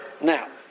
now